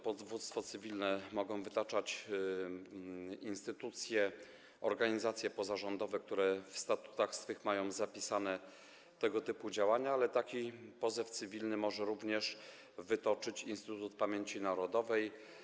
Powództwo cywilne mogą wytaczać instytucje, organizacje pozarządowe, które w swych statutach mają zapisane tego typu działania, ale taki pozew cywilny może również złożyć Instytut Pamięci Narodowej.